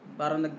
parang